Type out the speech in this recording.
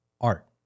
art